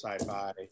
sci-fi